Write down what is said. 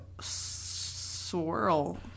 swirl